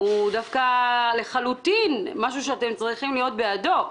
הוא דווקא לחלוטין משהו שאתם צריכים להיות בעדו.